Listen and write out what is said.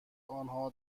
آنها